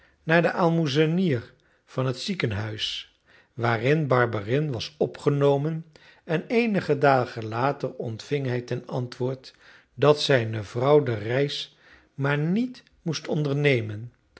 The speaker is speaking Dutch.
naar den aalmoezenier van het ziekenhuis waarin barberin was opgenomen en eenige dagen later ontving hij ten antwoord dat zijne vrouw de reis maar niet moest ondernemen